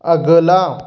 अगला